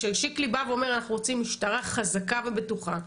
כששקלי בא ואומר אנחנו רוצים משטרה חזקה ובטוחה,